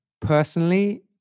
Personally